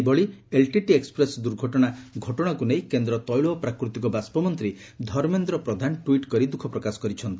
ସେହିଭଳି LTT express ଦୁର୍ଘଟଣା ଘଟଣାକୁ ନେଇ କେନ୍ଦ୍ ତେିଳ ଓ ପ୍ରାକୃତିକ ବାଷ୍ଟ ମନ୍ତୀ ଧର୍ମେନ୍ଦ୍ର ପ୍ରଧାନ ଟ୍ୱିଟ୍ କରି ଦୂଃଖପ୍ରକାଶ କରିଛନ୍ତି